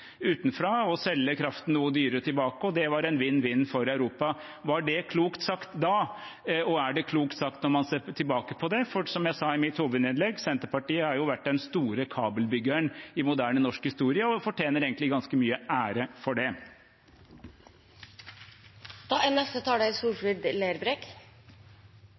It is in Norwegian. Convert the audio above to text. utenfra og selge kraften noe dyrere tilbake, og at det var en vinn-vinn-situasjon for Europa. Var det klokt sagt da? Og er det klokt sagt, når man ser tilbake på det? Som jeg sa i mitt hovedinnlegg: Senterpartiet har jo vært den store kabelbyggeren i moderne norsk historie og fortjener egentlig ganske mye ære for det. Eg må seia at det er